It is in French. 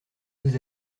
vous